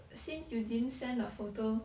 since you didn't send a photo